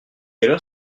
heure